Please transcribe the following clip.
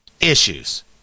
issues